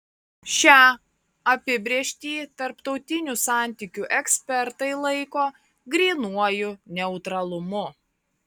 šią apibrėžtį tarptautinių santykių ekspertai laiko grynuoju neutralumu